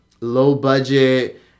low-budget